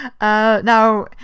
Now